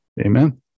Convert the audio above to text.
Amen